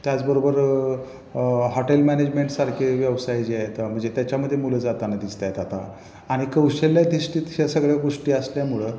त्याचबरोबर हॉटेल मॅनेजमेंटसारखे व्यवसाय जे आहेत म्हणजे त्याच्यामध्ये मुलं जाताना दिसत आहेत आता आणि कौशल्याधिष्ठीत या सगळ्या गोष्टी असल्यामुळं